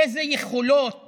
אילו יכולות